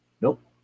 Nope